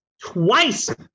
twice